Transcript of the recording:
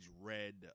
red